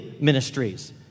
ministries